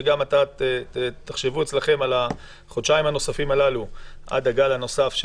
שגם אצלכם תחשבו על החודשיים הנוספים הללו עד הגל הנוסף.